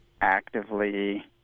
actively